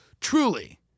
Truly